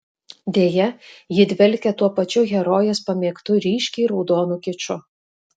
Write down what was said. deja ji dvelkia tuo pačiu herojės pamėgtu ryškiai raudonu kiču